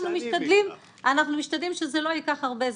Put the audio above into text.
אנחנו משתדלים שזה לא ייקח הרבה זמן,